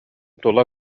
тула